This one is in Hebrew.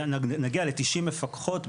נגיע ל-90 מפקחות,